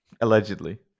Allegedly